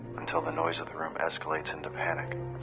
iuntil the noise of the room escalates into panic.